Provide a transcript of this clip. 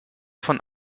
von